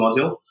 module